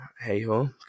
hey-ho